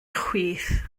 chwith